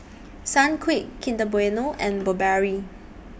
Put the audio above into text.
Sunquick Kinder Bueno and Burberry